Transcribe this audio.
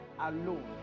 alone